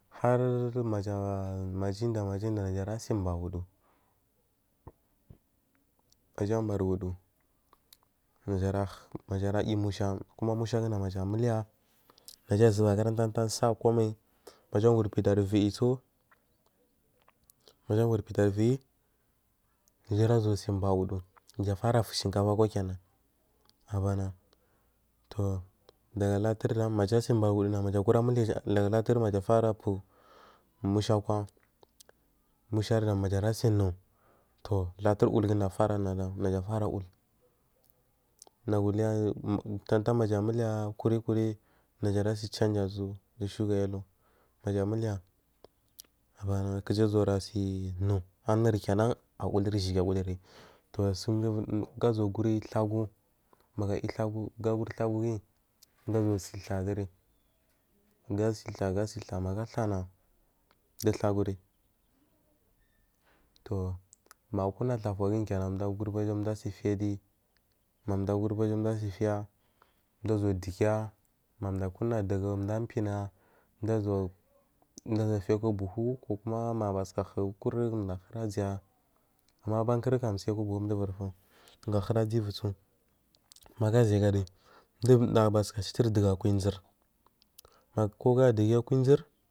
Har majara majinda majinda najara sin bawudu kuja barwudu majara majara yi musha kuma mushguda maja miliya naja ʒubagar tatan sakwamai majagwa idarnisu majagura pidawi najata ʒuwa sin bawudu jafara fu shankafa kwa abana to dajahati ndan jasabawudu latur, majafara pu mushakwa mushardan majafara sin nu toh hatur wilda afaraɗan naju uliya hatur maja muliya kuri najara sachanka uʒu suja maja muliya abana kujara si nu anurja kina awoliri shigi toh gaʒuwa guri thagu ga yi thagu thagu guyi mdu aʒuwa sa thaɗuri gasatha gathatha magu athana du thaguri toh magu akuna thar taguyi gaʒura guri bajau fidi ma mdu guri bajadasafiyaɗi mdu aʒuwa digya ma mdu akuma dugu mdu anpima mdu aʒuwapiya aku buhu kukuma magu bauka hu ukur ʒa huri aʒiya ama bankuri kam sai aku nuhu gahuri aʒivu tsu magu aʒyagari mji nagu pathika dugu akwa iʒir ka gaadiya akwa iʒir ko.